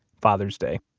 father's day,